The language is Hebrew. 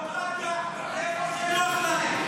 דמוקרטיה זה איפה שנוח להם.